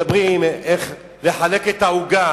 אנחנו מדברים על איך לחלק את העוגה,